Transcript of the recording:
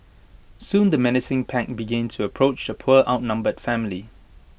soon the menacing pack began to approach the poor outnumbered family